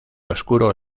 oscuro